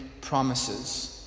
promises